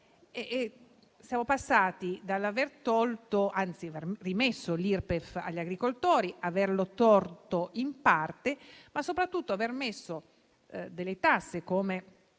Siamo passati dall'aver rimesso l'IRPEF agli agricoltori all'averla tolta in parte, ma soprattutto aver messo delle tasse, come